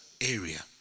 area